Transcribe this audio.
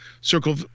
Circle